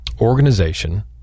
organization